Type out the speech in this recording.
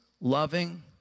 loving